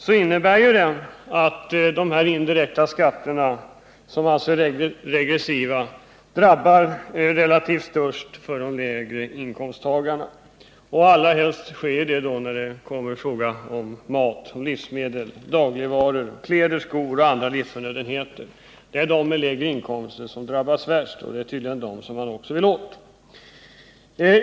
Det innebär att dessa indirekta skatter, som alltså är regressiva, främst drabbar de lägre inkomsttagarna. Detta sker i första hand i fråga om livsmedel och dagligvaror, kläder, skor och andra livsförnödenheter. Det är de som har låga inkomster som drabbas hårdast, och det är tydligen dem man vill åt.